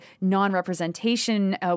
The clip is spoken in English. non-representation